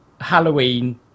Halloween